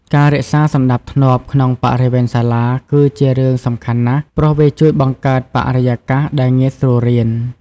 ការរក្សាសណ្ដាប់ធ្នាប់ក្នុងបរិវេណសាលា គឺជារឿងសំខាន់ណាស់ ព្រោះវាជួយបង្កើតបរិយាកាសដែលងាយស្រួលរៀន។